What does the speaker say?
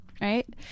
right